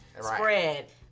spread